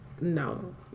no